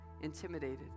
intimidated